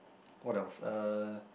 what else uh